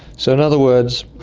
so, in other words,